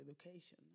education